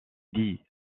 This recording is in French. dit